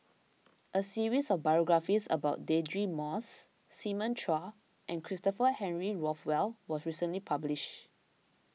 a series of biographies about Deirdre Moss Simon Chua and Christopher Henry Rothwell was recently published